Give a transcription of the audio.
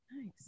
Nice